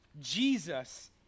Jesus